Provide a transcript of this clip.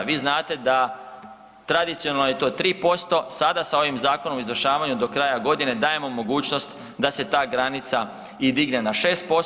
Vi znate da tradicionalno je to 3%, sada sa ovim zakonom o izvršavanju do kraja godine dajemo mogućnost da se ta granica i digne na 6%